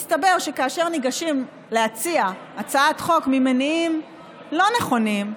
מסתבר שכאשר ניגשים להציע הצעת חוק ממניעים לא נכונים,